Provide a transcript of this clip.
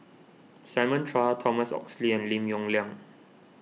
Simon Chua Thomas Oxley and Lim Yong Liang